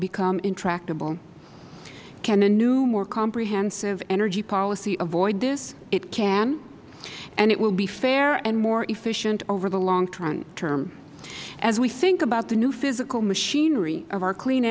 become intractable can a new more comprehensive energy policy avoid this it can and it will be fair and more efficient over the long term as we think about the new physical machinery of our clean